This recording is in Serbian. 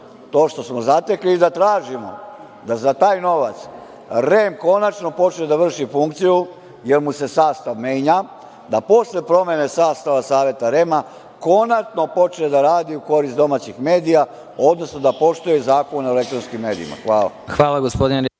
to što smo zatekli i da tražimo da za taj novac REM konačno počne da vrši funkciju jer mu se sastav menja, da posle promene sastava saveta REM konačno počne da radi u korist domaćih medija, odnosno da poštuje Zakon o elektronskim medijima. Hvala.